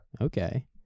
okay